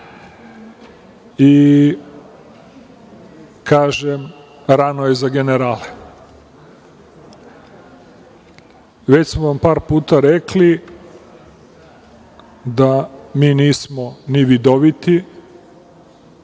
i kažem - rano je za generale. Već smo vam par puta rekli da mi nismo ni vidoviti,